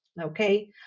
okay